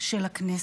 של הכנסת.